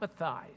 empathize